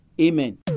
amen